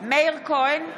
מאיר כהן,